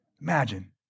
Imagine